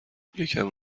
یکم